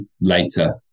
later